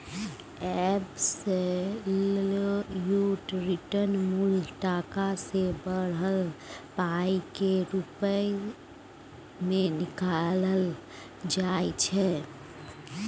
absolute return मुल टका सँ बढ़ल पाइ केर रुप मे निकालल जाइ छै